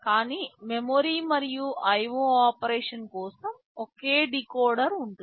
కానీ మెమరీ మరియు IO operation కోసం ఒకే డీకోడర్ ఉంటుంది